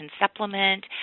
supplement